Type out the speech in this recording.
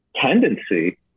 tendency